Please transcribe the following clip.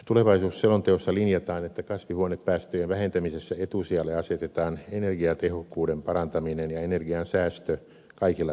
tulevaisuusselonteossa linjataan että kasvihuonepäästöjen vähentämisessä etusijalle asetetaan energiatehokkuuden parantaminen ja energiansäästö kaikilla sektoreilla